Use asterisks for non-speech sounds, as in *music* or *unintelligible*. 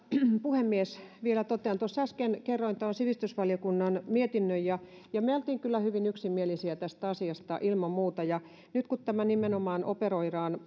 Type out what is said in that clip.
puhemies vielä totean tuossa äsken kerroin tuon sivistysvaliokunnan mietinnön ja ja me olimme kyllä hyvin yksimielisiä tästä asiasta ilman muuta nyt kun tämä operoidaan *unintelligible*